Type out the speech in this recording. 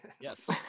Yes